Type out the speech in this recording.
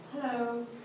hello